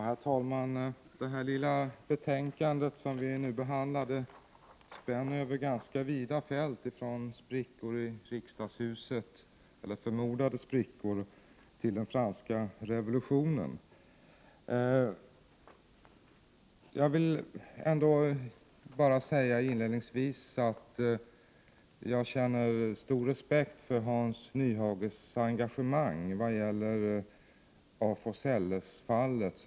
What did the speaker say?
Herr talman! Det till omfånget lilla betänkande som vi nu behandlar spänner över ganska vida fält, ifrån förmodade sprickor i riksdagshuset till den franska revolutionen. Inledningsvis vill jag säga att jag känner stor respekt för Hans Nyhages engagemang i vad gäller fallet med af Forselles.